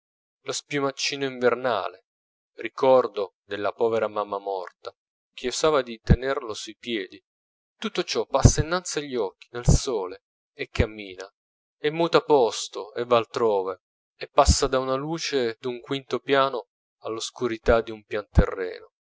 lo spiumaccino invernale ricordo della povera mamma morta che usava di tenerlo sui piedi tutto ciò passa innanzi agli occhi nel sole e cammina e muta posto e va altrove e passa da una luce d'un quinto piano all'oscurità di un pianterreno